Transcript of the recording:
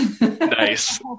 Nice